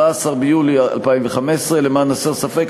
14 ביולי 2015. למען הסר ספק,